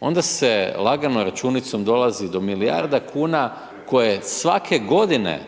onda se lagano računicom dolazi do milijarda kuna koje svake godine